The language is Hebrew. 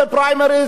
יסיתו,